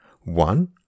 One